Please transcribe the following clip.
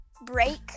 break